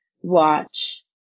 watch